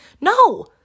No